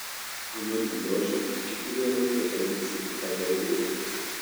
anot gliožio kiti vairuotojai elgiasi pagarbiai